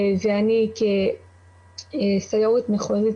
ואני כסיו"ר מחוזית,